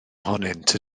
ohonynt